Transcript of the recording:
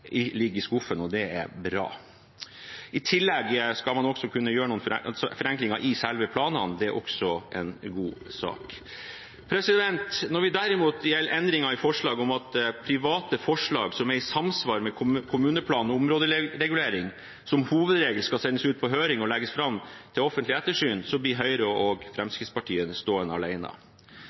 sannsynligvis ligger i skuffen, og det er bra. I tillegg skal man også kunne gjøre noen forenklinger i selve planene. Det er også en god sak. Når det derimot gjelder endringene i forslaget om at private forslag som er i samsvar med kommuneplan og områderegulering, som hovedregel skal sendes ut på høring og legges ut til offentlig ettersyn, blir Høyre og Fremskrittspartiet stående